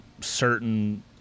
certain